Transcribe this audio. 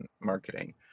marketing